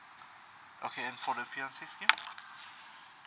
okay and for the fiance scheme